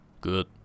good